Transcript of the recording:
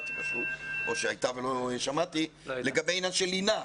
או שהייתה ולא שמעתי לגבי עניין של לינה.